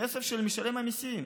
הכסף של משלם המיסים.